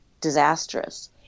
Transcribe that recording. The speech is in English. disastrous